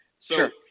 Sure